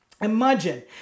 Imagine